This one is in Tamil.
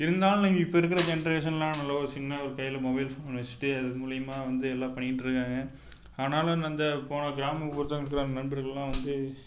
இருந்தாலும் நீங்கள் இப்போ இருக்கிற ஜெண்ட்ரேஷனில் நல்ல ஒரு சின்ன ஒரு கையில் மொபைல் ஃபோன் வச்சுட்டு அது மூலிமா வந்து எல்லாம் பண்ணிட்டிருக்காங்க ஆனாலும் அந்த போன அந்த கிராமப்புறத்தில் இருக்க நண்பர்கள்லாம் வந்து